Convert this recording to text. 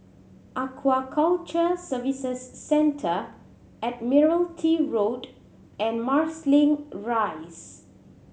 Aquaculture Services Centre Admiralty Road and Marsiling Rise